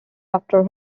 after